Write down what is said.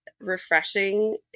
refreshing